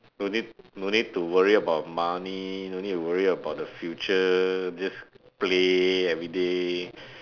no need no need to worry about money no need to worry about the future just play everyday